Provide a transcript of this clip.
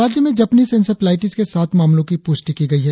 राज्य में Japanese encephalitis के सात मामलों की पुष्टि की गई है